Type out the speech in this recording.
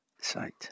site